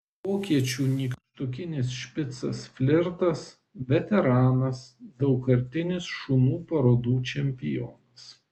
vokiečių nykštukinis špicas flirtas veteranas daugkartinis šunų parodų čempionas